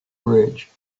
bridge